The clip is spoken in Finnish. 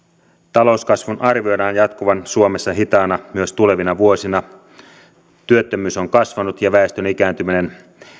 talouskasvun arvioidaan jatkuvan suomessa hitaana myös tulevina vuosina työttömyys on kasvanut ja väestön ikääntyminen